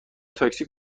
تاکسی